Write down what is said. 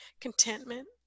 Contentment